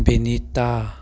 Binita